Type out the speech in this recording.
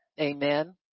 amen